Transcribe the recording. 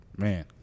Man